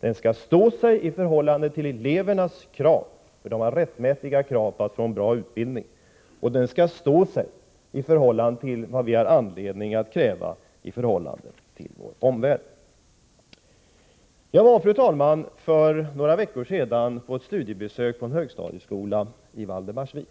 Den skall stå sig i förhållande till elevernas krav — och de har rättmätiga krav på att få en bra utbildning — och den skall också stå sig i förhållande till vad vi har anledning att kräva i relation till vår omvärld. Jag var, fru talman, för några veckor sedan på studiebesök på en högstadieskola i Valdemarsvik.